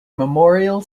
memorial